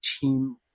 team